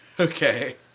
Okay